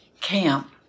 camp